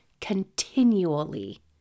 continually